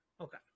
Okay